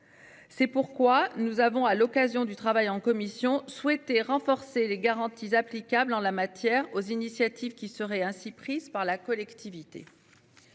C'est pourquoi nous avons à l'occasion du travail en commission souhaité renforcer les garanties applicables en la matière aux initiatives qui seraient ainsi prises par la collectivité.